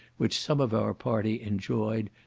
which some of our party enjoyed,